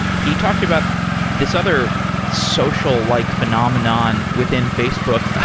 he talked about this other social like phenomenon within facebook. ah